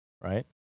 right